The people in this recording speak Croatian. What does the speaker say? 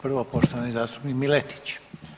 Prvo poštovani zastupnik Miletić.